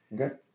Okay